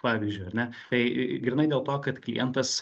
pavyzdžiui ar ne tai grynai dėl to kad klientas